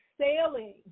sailing